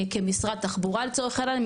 כמשרד התחבורה לצורך העניין,